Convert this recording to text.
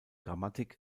grammatik